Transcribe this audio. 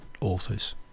authors